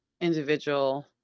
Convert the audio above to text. individual